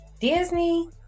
Disney